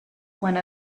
one